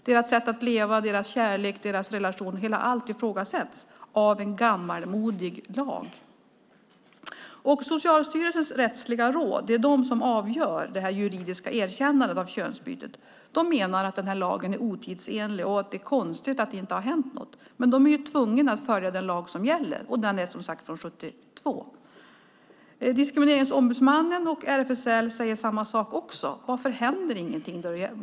Deras sätt att leva, deras kärlek, deras relation - alltihop ifrågasätts av en gammalmodig lag. Socialstyrelsens rättsliga råd är den som avgör det juridiska erkännandet av könsbytet. Rådet menar att lagen är otidsenlig och att det är konstigt att det inte har hänt något, men de är tvungna att följa den lag som gäller - och den är som sagt från 1972. Diskrimineringsombudsmannen och RFSL säger samma sak. Varför händer ingenting?